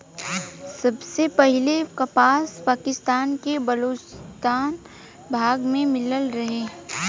सबसे पहिले कपास पाकिस्तान के बलूचिस्तान भाग में मिलल रहे